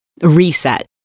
reset